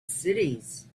cities